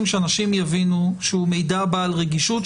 שאנשים יבינו שהוא מידע בעל רגישות,